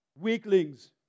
weaklings